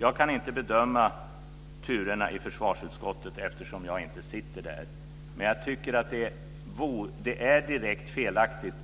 Jag kan inte bedöma turerna i försvarsutskottet, eftersom jag inte sitter där, men jag tycker att det är direkt felaktigt